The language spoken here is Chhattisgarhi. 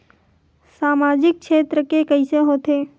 सामजिक क्षेत्र के कइसे होथे?